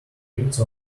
prince